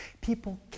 People